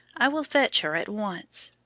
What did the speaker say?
i will fetch her at once.